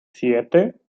siete